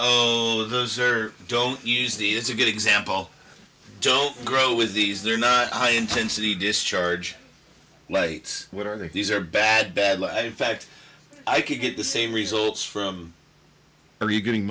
of those are don't use the it's a good example don't grow with these they're not high intensity discharge lights what are these are bad bad light in fact i could get the same results from are you getting